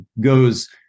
goes